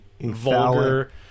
vulgar